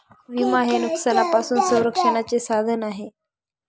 विमा हे नुकसानापासून संरक्षणाचे साधन आहे